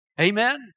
amen